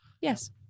Yes